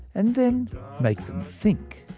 and then make them think.